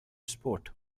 sport